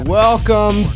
welcome